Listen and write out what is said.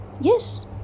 Yes